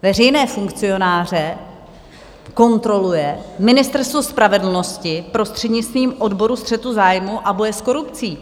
Veřejné funkcionáře kontroluje Ministerstvo spravedlnosti prostřednictvím odboru střetu zájmů a boje s korupcí.